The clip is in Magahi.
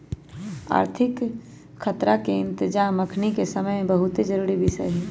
आर्थिक खतरा के इतजाम अखनीके समय में बहुते जरूरी विषय हइ